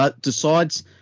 decides